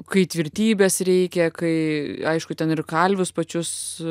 kai tvirtybės reikia kai aišku ten ir kalvius pačius